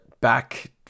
back